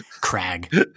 Crag